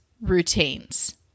routines